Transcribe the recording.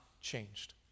changed